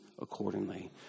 accordingly